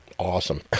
awesome